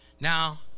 Now